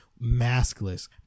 maskless